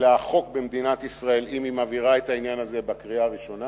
ולחוק במדינת ישראל אם היא מעבירה את העניין הזה בקריאה ראשונה.